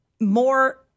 More